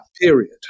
period